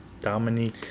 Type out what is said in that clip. Dominique